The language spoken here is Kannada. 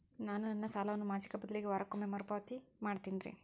ನಾನು ನನ್ನ ಸಾಲವನ್ನು ಮಾಸಿಕ ಬದಲಿಗೆ ವಾರಕ್ಕೊಮ್ಮೆ ಮರುಪಾವತಿ ಮಾಡ್ತಿನ್ರಿ